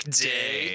day